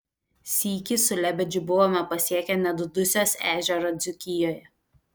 sykį su lebedžiu buvome pasiekę net dusios ežerą dzūkijoje